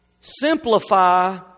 Simplify